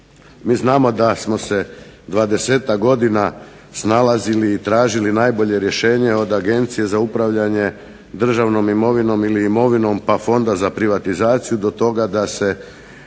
Mi znamo da smo se 20-ak godina snalazili i tražili najbolje rješenje od Agencije za upravljanje državnom imovinom ili imovinom pa Fonda za privatizaciju do toga da se